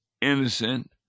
innocent